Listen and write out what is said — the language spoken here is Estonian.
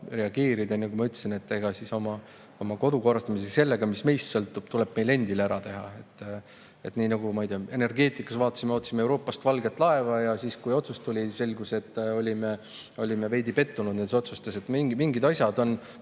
reageerida. Nagu ma ütlesin, et oma kodu korrastamine sellega, mis meist sõltub, tuleb meil endil ära teha. Nii nagu, ma ei tea, energeetikas vaatasime, ootasime Euroopast valget laeva ja siis, kui otsus tuli, selgus, et olime veidi pettunud nendes otsustes. Mingid asjad,